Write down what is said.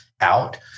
out